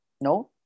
No